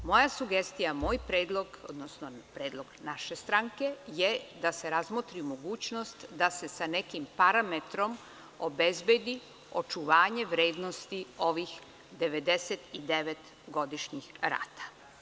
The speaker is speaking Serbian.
Moja sugestija, moj predlog, odnosno predlog naše stranke, je da se razmotri mogućnost da se sa nekim parametrom obezbedi očuvanje vrednosti ovih 99 godišnjih rata.